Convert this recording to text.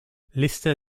liste